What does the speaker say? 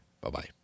Bye-bye